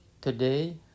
Today